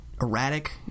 erratic